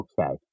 okay